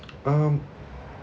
um